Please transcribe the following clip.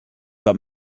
but